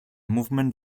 movement